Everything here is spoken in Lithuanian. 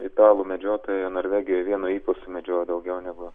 italų medžiotojai norvegijoje vienu ypu sumedžioja daugiau negu